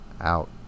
out